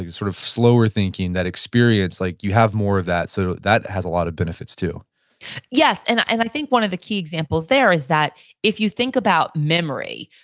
sort of slower thinking, that experience, like you have more of that. so that has a lot of benefits too yes. and i think one of the key examples there is that if you think about memory,